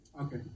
Okay